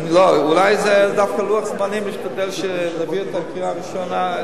אולי זה דווקא לוח זמנים בשביל להשתדל להביא את זה לקריאה ראשונה,